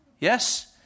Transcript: Yes